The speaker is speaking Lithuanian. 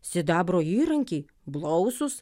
sidabro įrankiai blausūs